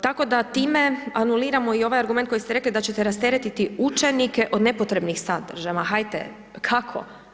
Tako da time anuliramo i ovaj argument kojim ste rekli da ćete rasteretiti učenike od nepotrebnim sadržajima, hajte, kako?